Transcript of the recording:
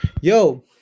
Yo